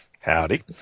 Howdy